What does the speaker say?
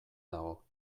dago